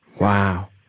Wow